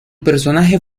personaje